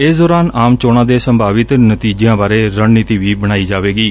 ਇਸ ਦੌਰਾਨ ਆਮ ਚੋਣਾ ਦੇ ਸੰਭਾਵਿਤ ਨਤੀਜਿਆਂ ਬਾਰੇ ਰਣਨੀਤੀ ਵੀ ਬਣਾਈ ਜਾਵੇਗੀ